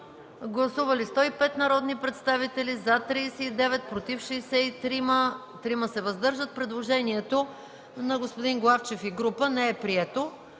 Гласували 105 народни представители: за 39, против 63, въздържали се 3. Предложението на господин Главчев и група народни